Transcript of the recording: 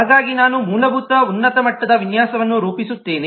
ಹಾಗಾಗಿ ನಾನು ಮೂಲಭೂತ ಉನ್ನತ ಮಟ್ಟದ ವಿನ್ಯಾಸವನ್ನು ರೂಪಿಸುತ್ತೇನೆ